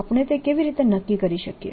આપણે તે કેવી રીતે નક્કી કરી શકીએ